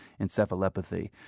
encephalopathy